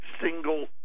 single